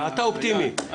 אתה אופטימי.